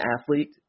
athlete